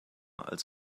als